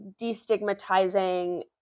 destigmatizing